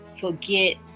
forget